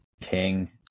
King